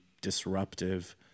disruptive